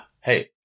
hey